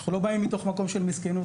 אנחנו לא באים מתוך מקום של מסכנות,